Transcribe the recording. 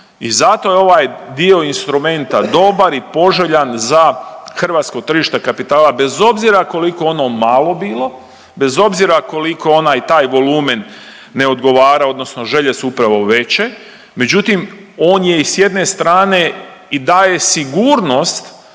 I zato je ovaj dio instrumenta dobar i poželjan za hrvatsko tržište kapitala bez obzira koliko ono malo bilo, bez obzira koliko onaj taj volumen ne odgovara odnosno želje su upravo veće međutim on je i s jedne strane i daje sigurnost